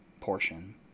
portion